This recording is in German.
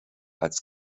als